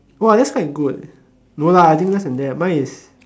!wah! that's quite good no lah I think less than that mine is